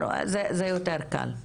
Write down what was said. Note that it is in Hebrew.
זה יותר קל,